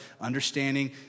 understanding